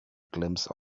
glimpse